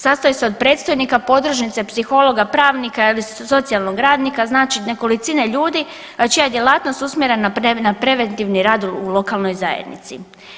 Sastoji se od predstojnika podružnice, psihologa, pravnika ili socijalnog radnika znači nekolicine ljudi čija je djelatnost usmjerena na preventivni rad u lokalnoj zajednici.